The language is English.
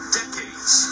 decades